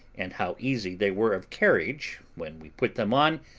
and how easy they were of carriage when we put them on,